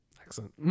Excellent